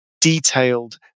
detailed